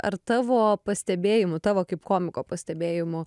ar tavo pastebėjimu tavo kaip komiko pastebėjimu